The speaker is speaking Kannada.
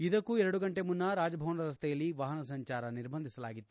ಇದಕ್ಕೂ ಎರಡು ಗಂಟೆ ಮುನ್ನ ರಾಜಭವನ ರಸ್ತೆಯಲ್ಲಿ ವಾಹನ ಸಂಚಾರ ನಿರ್ಬಂಧಿಸಲಾಗಿತ್ತು